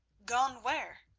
gone where?